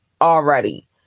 already